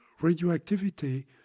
radioactivity